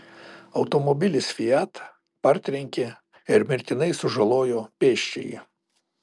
automobilis fiat partrenkė ir mirtinai sužalojo pėsčiąjį